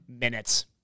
minutes